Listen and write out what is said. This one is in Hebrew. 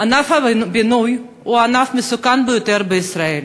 ענף הבינוי הוא הענף המסוכן ביותר בישראל.